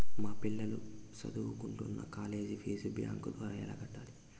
మా పిల్లలు సదువుకుంటున్న కాలేజీ ఫీజు బ్యాంకు ద్వారా ఎలా కట్టాలి?